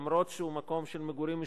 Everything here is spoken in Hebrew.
למרות שהוא מקום של מגורים משותפים,